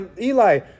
Eli